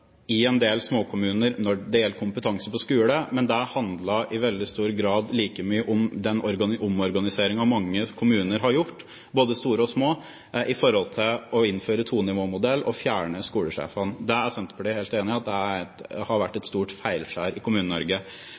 i en del småkommuner når det gjelder kompetanse på skole, men det handler i veldig stor grad like mye om den omorganiseringen mange kommuner har gjort, både store og små, i forhold til å innføre tonivåmodell og fjerne skolesjefene. Det er Senterpartiet helt enig i at har vært et stort feilskjær i